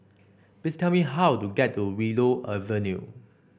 please tell me how to get to Willow Avenue